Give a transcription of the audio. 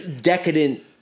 decadent